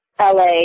la